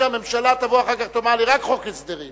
שהממשלה תבוא אחר כך ותאמר לי: רק חוק הסדרים,